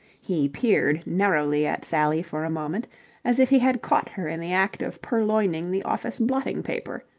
he peered narrowly at sally for a moment as if he had caught her in the act of purloining the office blotting-paper,